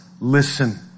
listen